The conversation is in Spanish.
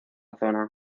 zona